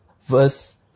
verse